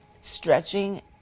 stretching